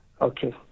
Okay